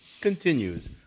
continues